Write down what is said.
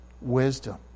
wisdom